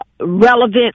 relevant